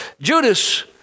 Judas